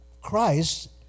Christ